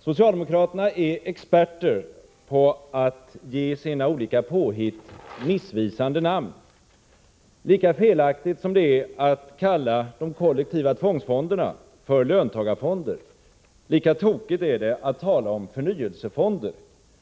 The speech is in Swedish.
Socialdemokraterna är experter på att ge sina olika påhitt missvisande namn. Lika felaktigt som det är att kalla de kollektiva tvångsfonderna för löntagarfonder lika tokigt är det att tala om förnyelsefonder.